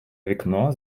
вікно